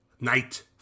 night